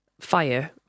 fire